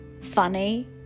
funny